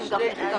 (תיקון מס' 2), אושרה.